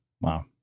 Wow